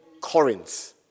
Corinth